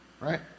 right